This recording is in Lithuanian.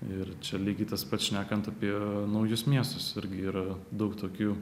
ir čia lygiai tas pats šnekant apie naujus miestus irgi yra daug tokių